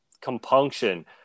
compunction